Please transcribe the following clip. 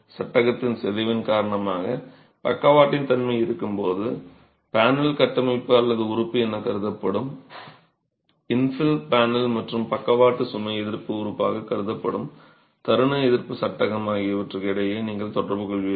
சட்டகத்தின் சிதைவின் காரணமாக பக்கவாட்டின் தன்மை இருக்கும்போது பேனல் கட்டமைப்பு அல்லாத உறுப்பு எனக் கருதப்படும் இன்ஃபில் பேனல் மற்றும் பக்கவாட்டு சுமை எதிர்ப்பு உறுப்பாகக் கருதப்படும் தருண எதிர்ப்பு சட்டகம் ஆகியவற்றுக்கு இடையே நீங்கள் தொடர்பு கொள்வீர்கள்